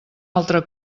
altra